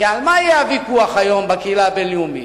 כי על מה היה הוויכוח היום בקהילה הבין-לאומית?